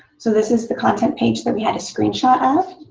so this is the content page that we had a screen shot of.